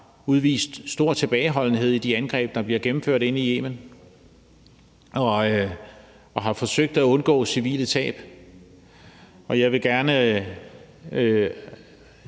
udvist stor tilbageholdenhed i de angreb, der bliver gennemført inde i Yemen, og har forsøgt at undgå civile tab. Og jeg håber,